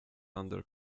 under